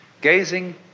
Gazing